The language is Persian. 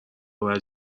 باید